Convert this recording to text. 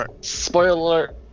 Spoiler